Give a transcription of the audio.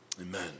Amen